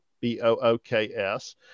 B-O-O-K-S